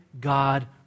God